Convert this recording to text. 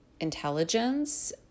intelligence